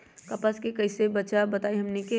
कपस से कईसे बचब बताई हमनी के?